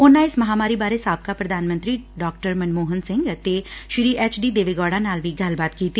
ਉਨ੍ਹਂ ਇਸ ਮਹਾਮਾਰੀ ਬਾਰੇ ਸਾਬਕਾ ਪ੍ਰਧਾਨ ਮੰਤਰੀ ਡਾ ਮਨਮੋਹਨ ਸਿੰਘ ਅਤੇ ਸ਼ੀ ਐਚਡੀ ਦੇਵੇ ਗੌੜਾ ਨਾਲ ਵੀ ਗੱਲਬਾਤ ਕੀਤੀ